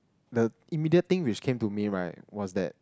the immediate thing which came to me right was that